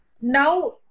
Now